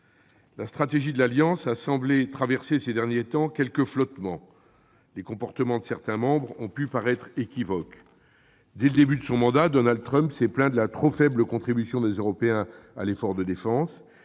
La stratégie de l'Alliance a semblé, ces derniers temps, connaître quelques flottements. Les comportements de certains membres ont pu paraître équivoques. Dès le début de son mandat, Donald Trump s'est plaint de la trop faible contribution des Européens à l'effort de défense.